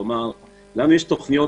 יש לנו כאן תוכניות,